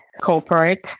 corporate